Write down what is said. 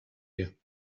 you